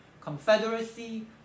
Confederacy